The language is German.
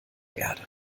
erde